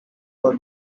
for